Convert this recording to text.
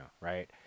right